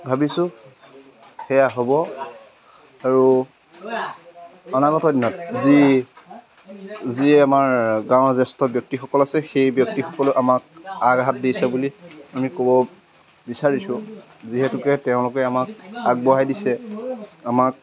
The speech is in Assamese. ভাবিছোঁ সেয়া হ'ব আৰু অনাগত দিনত যি যিয়ে আমাৰ গাঁৱৰ জ্যেষ্ঠ ব্যক্তিসকল আছে সেই ব্যক্তিসকলো আমাক আগহাত দিছে বুলি আমি ক'ব বিচাৰিছোঁ যিহেতুকে তেওঁলোকে আমাক আগবঢ়াই দিছে আমাক